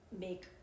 make